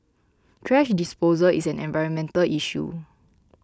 thrash disposal is an environmental issue